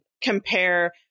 compare